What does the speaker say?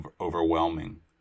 overwhelming